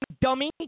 dummy